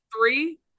three